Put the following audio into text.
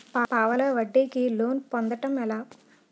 పావలా వడ్డీ కి లోన్ పొందటం ఎలా?